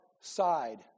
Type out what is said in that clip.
side